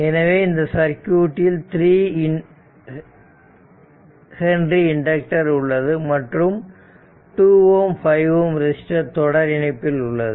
எனவே இந்த சர்க்யூட்டில் 3 H இண்டக்டர் உள்ளது மற்றும் 2 Ω 5 Ω ரெசிஸ்டர் தொடர் இணைப்பில் உள்ளது